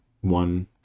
one